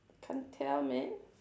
can't tell man